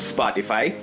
Spotify